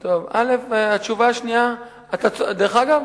דרך אגב,